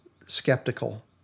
skeptical